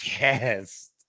Yes